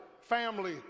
family